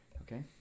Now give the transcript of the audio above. Okay